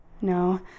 No